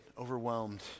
overwhelmed